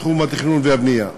תחום התכנון והבנייה.